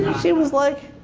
she was like,